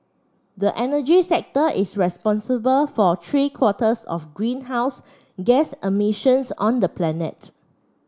the energy sector is responsible for three quarters of greenhouse gas emissions on the planet